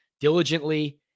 diligently